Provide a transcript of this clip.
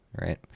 right